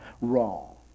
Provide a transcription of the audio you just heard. Wrong